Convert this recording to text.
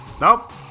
Nope